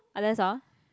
ah that's all